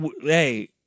Hey